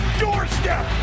doorstep